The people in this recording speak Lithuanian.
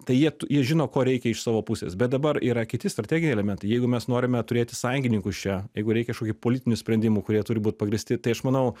tai jie jie žino ko reikia iš savo pusės bet dabar yra kiti strateginiai elementai jeigu mes norime turėti sąjungininkus čia jeigu reikia kažkokių politinių sprendimų kurie turi būt pagrįsti tai aš manau